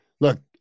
look